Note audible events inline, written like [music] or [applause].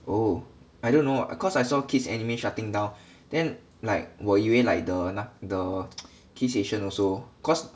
oh I don't know cause I saw Kissanime shutting down then like 我以为 like the 那 the [noise] Kissaasian also cause